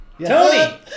Tony